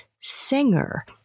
singer